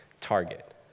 target